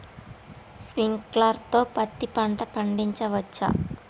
Sprinkler తో పత్తి పంట పండించవచ్చా?